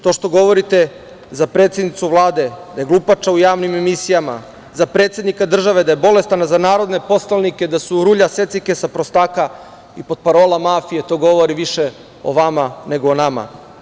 To što govorite za predsednicu Vlade, da je glupača u javnim emisijama, za predsednika države da je bolestan, za narodne poslanike da su rulja secikesa, prostaka i potparola mafije, to govori više o vama, nego o nama.